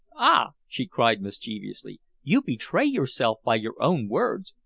ah! she cried mischievously. you betray yourself by your own words.